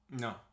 no